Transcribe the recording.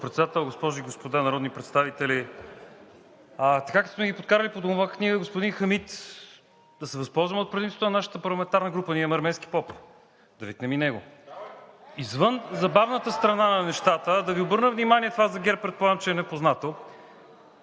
Председател, госпожи и господа народни представители! Така, както сме ги подкарали по домова книга, господин Хамид, да се възползваме от предимството на нашата парламентарна група, ние имаме арменски поп, да викнем и него. (Силен шум и реплики.) Извън забавната страна на нещата – да Ви обърна внимание, това за ГЕРБ предполагам, че е непознато,